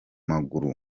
maguru